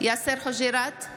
יאסר חוג'יראת,